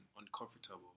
uncomfortable